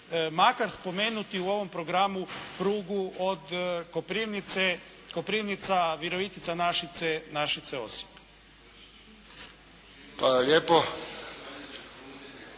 makar spomenuti u ovom programu prugu Koprivnica-Virovitica-Našice-Osijek.